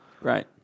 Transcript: Right